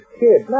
kid